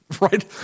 right